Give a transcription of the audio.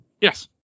yes